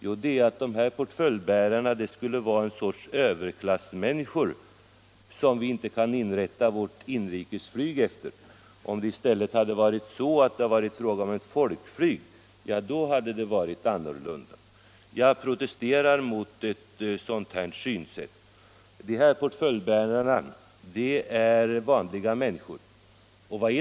Jo, det är att dessa portföljbärare skulle vara ett slags överklassmänniskor som vi inte kan inrätta vårt inrikesflyg efter. Om det i stället hade varit fråga om ett folkflyg, då hade det varit annorlunda. Jag protesterar mot det synsättet. Dessa portföljbärare är vanliga människor.